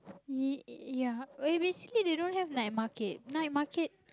ya ya eh basically they don't have night market night market